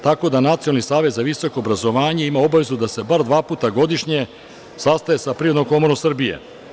Tako da, Nacionalni savet za visoko obrazovanje ima obavezu da se bar dva puta godišnje sastaje sa Privrednom komorom Srbije.